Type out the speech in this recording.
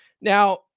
Now